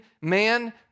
man